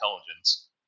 intelligence